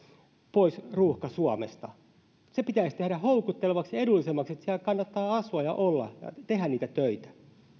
pois ruuhka suomesta se pitäisi tehdä houkuttelevaksi ja edullisemmaksi että siellä kannattaa asua ja olla ja tehdä niitä töitä